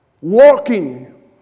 walking